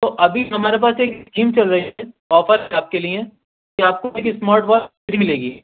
تو ابھی ہمارے پاس ایک اسکیم چل رہی ہے آفر ہے آپ کے لیے کہ آپ کو ایک اسمارٹ واچ فری ملے گی